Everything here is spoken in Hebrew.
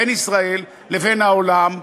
בין ישראל לבין העולם.